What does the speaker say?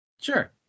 Sure